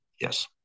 Yes